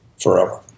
forever